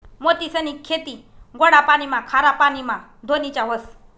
मोतीसनी खेती गोडा पाणीमा, खारा पाणीमा धोनीच्या व्हस